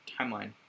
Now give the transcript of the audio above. timeline